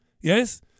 Yes